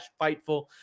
Fightful